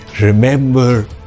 Remember